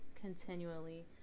continually